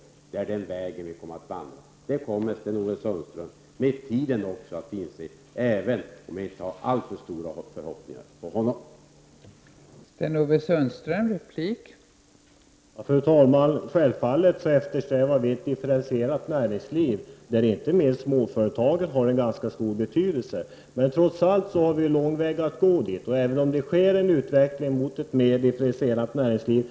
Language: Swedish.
Det är den vägen vi kommer att vandra. Det kommer Sten-Ove Sundström också att inse med tiden, även om jag inte har alltför stora förhoppningar när det gäller honom.